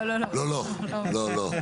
אני לא מכיר שיש מערכת שיודעת